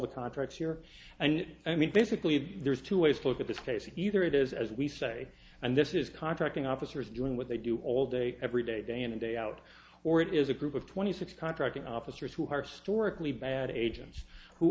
the contracts here and i mean basically there's two ways to look at this case either it is as we say and this is contracting officers doing what they do all day every day day in and day out or it is a group of twenty six contracting officers who are sturrock lee bad agents who